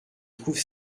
trouve